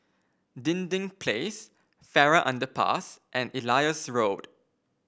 Dinding Place Farrer Underpass and Elias Road